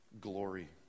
Glory